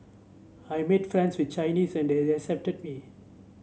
I made friends with Chinese and they accepted me